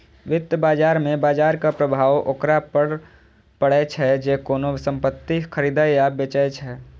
वित्त बाजार मे बाजरक प्रभाव ओकरा पर पड़ै छै, जे कोनो संपत्ति खरीदै या बेचै छै